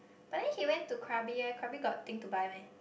but then he went to Krabi leh Krabi got thing to buy meh